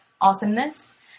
awesomeness